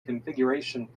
configuration